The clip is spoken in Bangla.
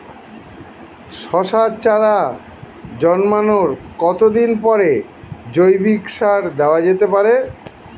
শশার চারা জন্মানোর কতদিন পরে জৈবিক সার দেওয়া যেতে পারে?